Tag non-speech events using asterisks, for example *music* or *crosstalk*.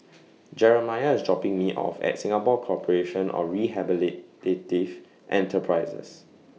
Jeremiah IS dropping Me off At Singapore Corporation of *unintelligible* Enterprises